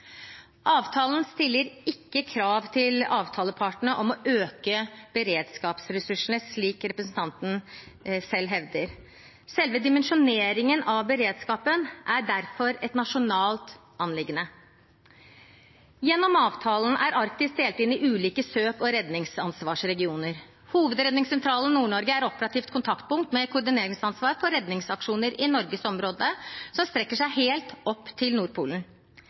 Avtalen stiller ikke krav til avtalepartene om å øke beredskapsressursene, slik representanten selv hevder. Selve dimensjoneringen av beredskapen er derfor et nasjonalt anliggende. Gjennom avtalen er Arktis delt inn i ulike søk- og redningsansvarsregioner. Hovedredningssentralen Nord-Norge er operativt kontaktpunkt med koordineringsansvar for redningsaksjoner i Norges område, som strekker seg helt opp til Nordpolen.